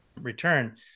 Return